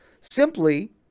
simply